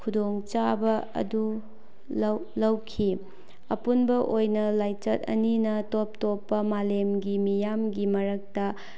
ꯈꯨꯗꯣꯡꯆꯥꯕ ꯑꯗꯨ ꯂꯩꯈꯤ ꯑꯄꯨꯟꯕ ꯑꯣꯏꯅ ꯂꯥꯏꯆꯠ ꯑꯅꯤꯅ ꯇꯣꯞ ꯇꯣꯞꯄ ꯃꯥꯂꯦꯝꯒꯤ ꯃꯤꯌꯥꯝꯒꯤ ꯃꯔꯛꯇ